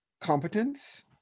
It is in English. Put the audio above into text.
competence